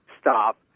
stop